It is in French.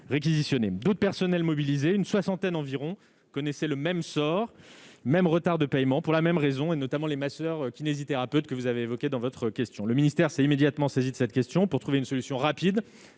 but personnel mobilisé une soixantaine environ, connaissait le même sort même retard de paiement pour la même raison, et notamment les masseurs kinésithérapeutes, que vous avez évoqué dans votre question, le ministère s'est immédiatement saisi de cette question pour trouver une solution rapide